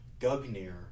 Gugnir